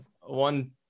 one